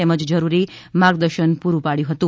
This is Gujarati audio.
અને જરૂરી માર્ગદર્શન પૂરૂ પાડ્યું હતું